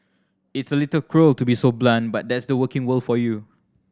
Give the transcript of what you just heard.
it's a little cruel to be so blunt but that's the working world for you